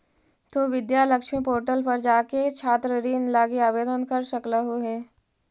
तु विद्या लक्ष्मी पोर्टल पर जाके छात्र ऋण लागी आवेदन कर सकलहुं हे